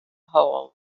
hole